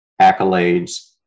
accolades